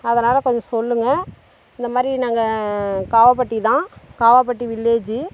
அதனால் கொஞ்சம் சொல்லுங்கள் இந்த மாரி நாங்கள் காவாப்பட்டி தான் காவாப்பட்டி வில்லேஜி